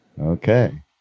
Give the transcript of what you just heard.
Okay